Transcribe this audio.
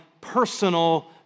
personal